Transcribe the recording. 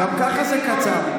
גם ככה זה קצר.